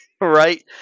Right